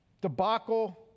debacle